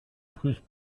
prusse